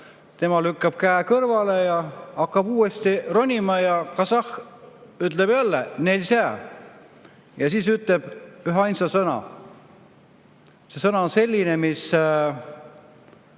Tema lükkab käe kõrvale ja hakkab uuesti ronima, aga kasahh ütleb jälle "nelzja" ja siis ütleb üheainsa sõna. See sõna on selline, mis